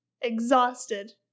exhausted